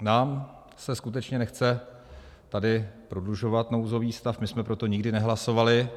Nám se skutečně nechce tady prodlužovat nouzový stav, my jsme pro to nikdy nehlasovali.